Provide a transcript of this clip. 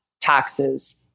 taxes